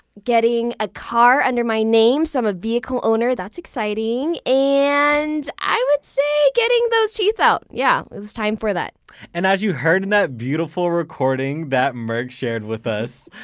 getting a car under my name, so i'm a vehicle owner. that's exciting! and i would also say getting those teeth out. yeah it was time for that and as you heard in that beautiful recording that merk shared with us,